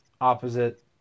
opposite